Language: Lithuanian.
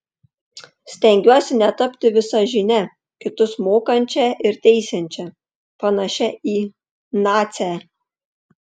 stengiuosi netapti visažine kitus mokančia ir teisiančia panašia į nacę